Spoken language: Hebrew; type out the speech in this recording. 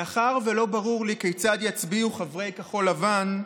מאחר שלא ברור לי כיצד יצביעו חברי כחול לבן,